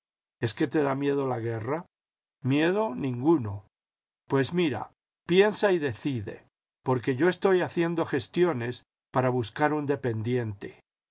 es que te da miedo la guerra miedo ninguno pues mira piensa y decide porque yo estoy haciendo gestiones para buscar un dependiente